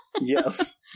Yes